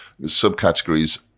subcategories